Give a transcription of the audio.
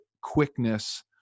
quickness